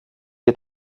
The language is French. est